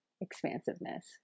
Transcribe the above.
expansiveness